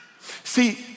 See